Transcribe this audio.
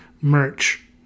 merch